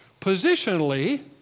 Positionally